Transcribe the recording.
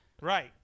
Right